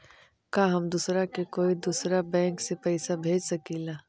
का हम दूसरा के कोई दुसरा बैंक से पैसा भेज सकिला?